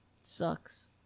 sucks